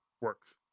works